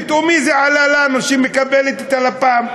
פתאום זה עלה לנו, שהיא מקבלת את הלפ"מ.